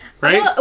Right